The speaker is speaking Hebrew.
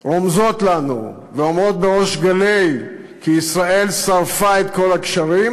רומזות לנו ואומרות בריש גלי כי ישראל שרפה את כל הגשרים,